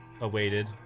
awaited